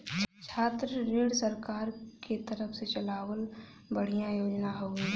छात्र ऋण सरकार के तरफ से चलावल बढ़िया योजना हौवे